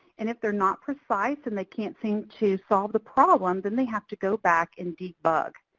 and if they're not precise and they can't seem to solve the problem, then they have to go back and debug.